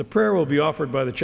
the prayer will be offered by the